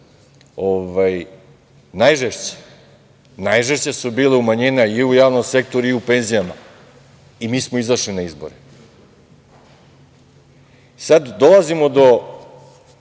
najžešće, najžešća su bila umanjena i u javnom sektoru i u penzijama i mi smo izašli na izbore. Sad dolazimo do